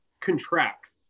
contracts